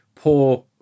poor